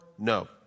No